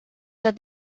that